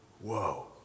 Whoa